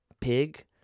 Pig